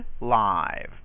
live